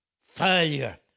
failure